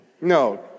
No